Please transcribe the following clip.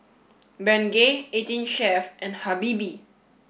Bengay eighteen Chef and Habibie